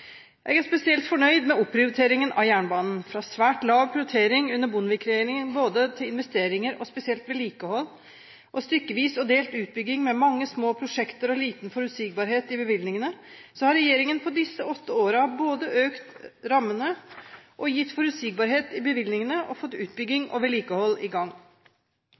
Jeg er spesielt fornøyd med opprioriteringen av jernbanen. Fra svært lav prioritering under Bondevik-regjeringen både til investeringer og spesielt vedlikehold og stykkevis og delt utbygging med mange små prosjekter og liten forutsigbarhet i bevilgningene, har regjeringen på disse åtte årene både økt rammene og gitt forutsigbarhet i bevilgningene og fått utbygging og vedlikehold i gang.